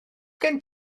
gen